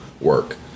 work